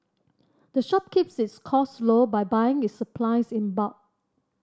the shop keeps its cost low by buying its supplies in bulk